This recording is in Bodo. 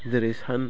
जेरै सान